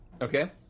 Okay